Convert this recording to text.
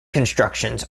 constructions